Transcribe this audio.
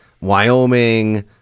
Wyoming